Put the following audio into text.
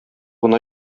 гына